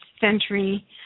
century